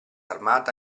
armata